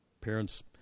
parents